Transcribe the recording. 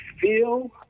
feel